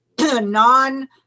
non